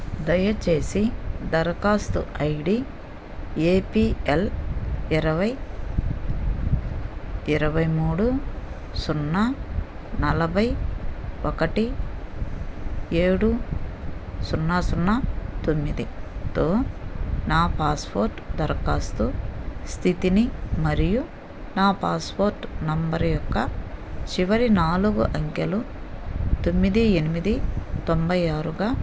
దయచేసి దరఖాస్తు I D A P L ఇరవై ఇరవై మూడు సున్నా నలభై ఒకటి ఏడు సున్నా సున్నా తొమ్మిదితో నా పాస్పోర్ట్ దరఖాస్తు స్థితిని మరియు నా పాస్పోర్ట్ నంబర్ యొక్క చివరి నాలుగు అంకెలు తొమ్మిది ఎనిమిది తొంభై ఆరుగా